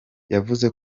yavuze